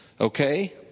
Okay